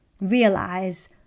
realize